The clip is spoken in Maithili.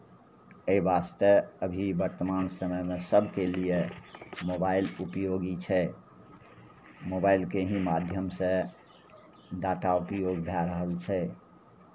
एहि वास्ते अभी वर्तमान समयमे सभके लिए मोबाइल उपयोगी छै मोबाइलके ही माध्यमसँ डाटा उपयोग भए रहल छै